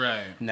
Right